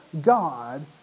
God